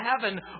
heaven